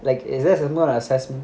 like is there a lot of assessment